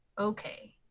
okay